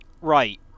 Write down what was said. right